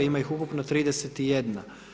Ima ih ukupno 31.